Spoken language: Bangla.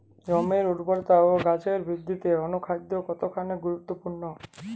জমির উর্বরতা ও গাছের বৃদ্ধিতে অনুখাদ্য কতখানি গুরুত্বপূর্ণ?